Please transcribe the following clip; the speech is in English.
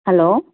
hello